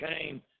came